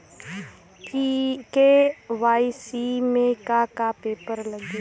KYC में का का पेपर लगी?